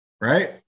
Right